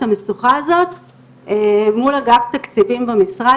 המשוכה הזאת מול אגף תקציבים במשרד.